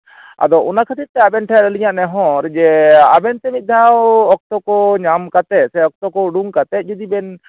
ᱟᱫᱚ ᱚᱱᱟ ᱠᱷᱟᱹᱛᱤᱨ ᱛᱮ ᱟᱵᱮᱱ ᱴᱷᱮᱱ ᱟᱹᱞᱤᱧᱟᱜ ᱱᱮᱦᱚᱨ ᱡᱮ ᱟᱵᱮᱱ ᱛᱮ ᱢᱤᱫ ᱫᱷᱟᱣ ᱚᱠᱛᱚ ᱠᱚ ᱧᱟᱢ ᱠᱟᱛᱮᱫ ᱥᱮ ᱚᱠᱚᱛ ᱠᱚ ᱩᱰᱩᱝ ᱠᱟᱛᱮᱫ ᱫᱩᱫᱤ ᱵᱮᱱ